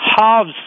halves